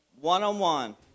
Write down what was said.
One-on-one